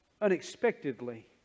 unexpectedly